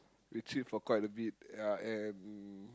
we chilled for quite a bit ya and